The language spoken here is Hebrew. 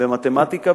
במתמטיקה,